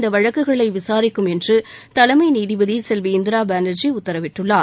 இந்த வழக்குகளை விசாரிக்கும் என்று தலைமை நீதிபதி செல்வி இந்திரா பானர்ஜி உத்தரவிட்டுள்ளார்